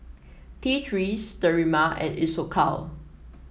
T Three Sterimar and Isocal